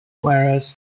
Whereas